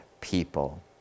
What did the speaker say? people